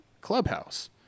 clubhouse